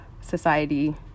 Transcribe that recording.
society